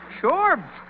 Sure